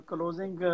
Closing